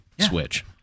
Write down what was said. switch